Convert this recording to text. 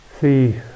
see